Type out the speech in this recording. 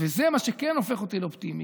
וזה מה שכן הופך אותי לאופטימי,